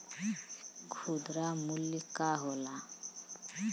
खुदरा मूल्य का होला?